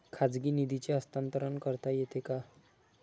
खाजगी निधीचे हस्तांतरण करता येते का?